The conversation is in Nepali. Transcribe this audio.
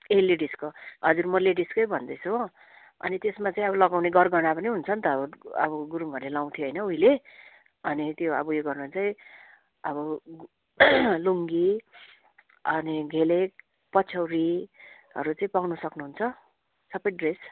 ए लेडिसको हजुर म लेडिसकै भन्दैछु हो अनि त्यसमा चाहिँ अब लगाउने गर गहना पनि हुन्छ नि त अब गुरुङहरूले लाउँथ्यो हैन उहिले अनि त्यो अब ऊ यो गर्नु चाहिँ अब लुङ्गी अनि घेलेक पछ्यौरीहरू चाहिँ पाउनु सक्नुहुन्छ सबै ड्रेस